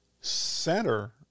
center